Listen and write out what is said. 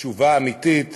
תשובה אמיתית